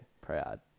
Proud